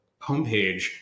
homepage